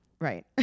right